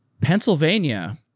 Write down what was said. Pennsylvania